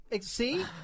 See